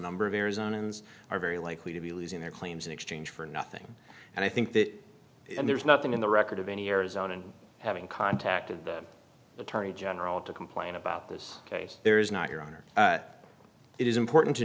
number of arizona ins are very likely to be losing their claims in exchange for nothing and i think that there is nothing in the record of any arizona having contacted the attorney general to complain about this case there is not your honor it is important to